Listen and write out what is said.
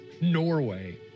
Norway